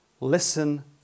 listen